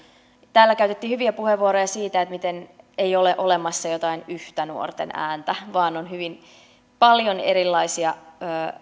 täällä käytettiin hyviä puheenvuoroja siitä miten ei ole olemassa jotain yhtä nuorten ääntä vaan on hyvin paljon erilaisia